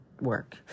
work